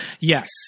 Yes